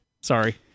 Sorry